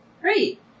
Great